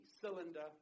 cylinder